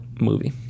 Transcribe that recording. movie